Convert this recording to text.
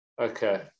Okay